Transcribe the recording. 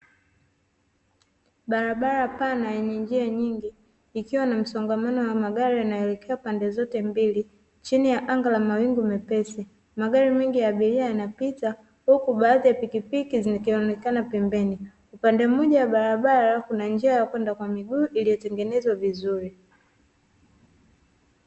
Barabara pana yenye njia nyingi ikiwa na msingamani wa Barabara zinazoelekea njia zote mbili chingi ya anga la mawingu mepesi. Magari mengi yamejaa yanapita huku pikipiki zikionekana pembeni. Upande mmoja wa barabarani kuna njia ya watembea kwa miguu iliyotengenezwa vizuri.